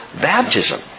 baptism